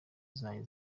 zayo